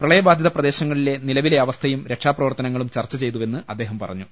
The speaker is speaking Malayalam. പ്രള യബാധിത പ്രദേശങ്ങളിലെ നിലവിലെ അവസ്ഥയും രക്ഷാപ്ര വർത്തനങ്ങളും ചർച്ച ചെയ്തുവെന്ന് അദ്ദേഹം പറഞ്ഞു